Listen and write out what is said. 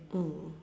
mm